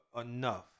enough